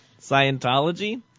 Scientology